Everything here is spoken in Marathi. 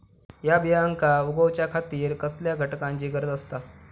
हया बियांक उगौच्या खातिर कसल्या घटकांची गरज आसता?